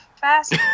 fast